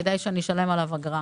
כדאי שאני אשלם עליו אגרה.